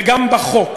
וגם בחוק.